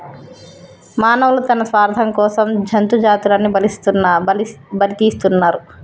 మానవులు తన స్వార్థం కోసం జంతు జాతులని బలితీస్తున్నరు